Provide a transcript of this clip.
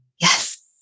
Yes